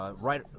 right